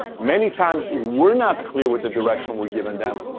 many times we're not clear with the direction we're giving them.